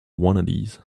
wannadies